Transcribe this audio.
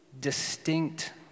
distinct